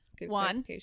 One